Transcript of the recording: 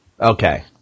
Okay